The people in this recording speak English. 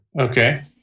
Okay